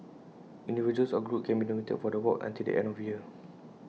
individuals or groups can be nominated for the award until the end of the year